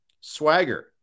Swagger